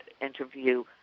interview